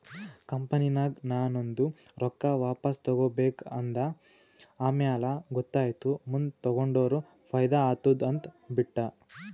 ಕಂಪನಿನಾಗ್ ನಾ ನಂದು ರೊಕ್ಕಾ ವಾಪಸ್ ತಗೋಬೇಕ ಅಂದ ಆಮ್ಯಾಲ ಗೊತ್ತಾಯಿತು ಮುಂದ್ ತಗೊಂಡುರ ಫೈದಾ ಆತ್ತುದ ಅಂತ್ ಬಿಟ್ಟ